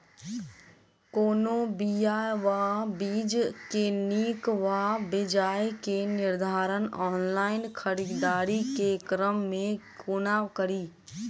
कोनों बीया वा बीज केँ नीक वा बेजाय केँ निर्धारण ऑनलाइन खरीददारी केँ क्रम मे कोना कड़ी?